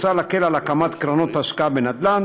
קרנות ההשקעה בנדל"ן